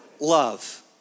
love